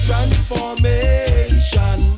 Transformation